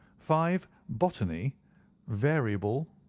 five. botany variable.